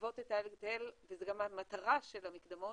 וזו גם המטרה של המקדמות,